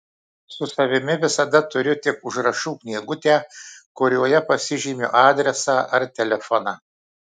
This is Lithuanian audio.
su savimi visada turiu tik užrašų knygutę kurioje pasižymiu adresą ar telefoną